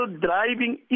driving